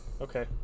Okay